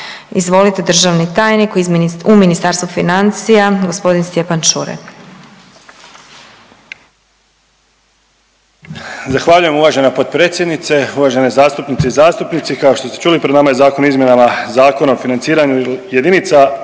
Izvolite državni tajnik u Ministarstvu financija g. Stjepan Čuraj.